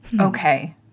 okay